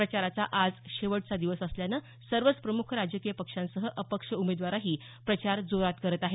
प्रचाराचा आज शेवटचा दिवस असल्यानं सर्वच प्रमुख राजकीय पक्षांसह अपक्ष उमेदवारही प्रचार जोरात करत आहेत